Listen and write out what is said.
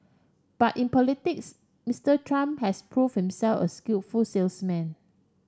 but in politics Mister Trump has prove himself a skillful salesman